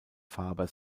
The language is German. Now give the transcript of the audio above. faber